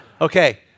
Okay